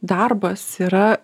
darbas yra